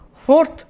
Fourth